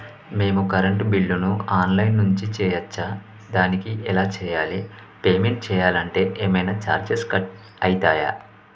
మేము కరెంటు బిల్లును online నుంచి చేయచ్చా? దానికి ఎలా చేయాలి? పేమెంట్ చేయాలంటే ఏమైనా చార్జెస్ కట్ అయితయా?